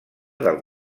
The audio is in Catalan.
del